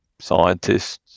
scientists